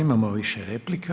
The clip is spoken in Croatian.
Imamo više replika.